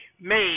made